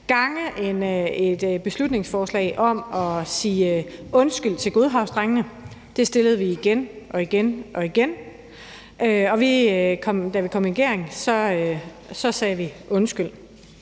et beslutningsforslag om at sige undskyld til Godhavnsdrengene et antal gange. Det fremsatte vi igen og igen, og da vi kom i regering, sagde vi undskyld.